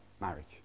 marriage